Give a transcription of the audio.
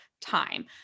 time